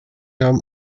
nahm